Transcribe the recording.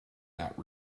that